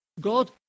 God